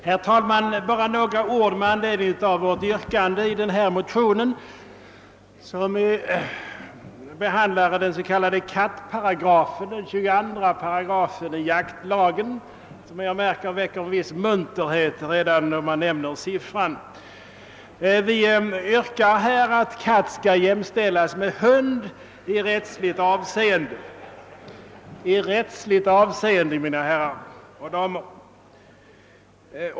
Herr talman! Bara några ord med anledning av vårt yrkande i denna motion som behandlar den s.k. kattparagrafen, 22 8 i jaktlagen. Jag märker att det väcker en viss munterhet redan då man nämner paragrafen. Vi yrkar här att katt skall jämställas med hund i rättsligt avseende, mina damer och herrar.